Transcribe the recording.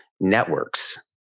networks